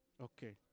Okay